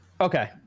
Okay